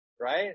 Right